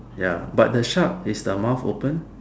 ya but the shark is the mouth open